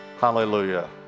Hallelujah